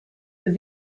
this